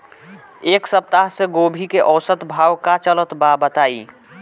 एक सप्ताह से गोभी के औसत भाव का चलत बा बताई?